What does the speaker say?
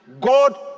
God